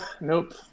Nope